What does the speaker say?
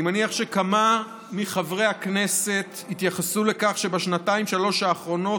אני מניח שכמה מחברי הכנסת יתייחסו לכך שבשנתיים-שלוש האחרונות